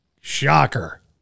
Shocker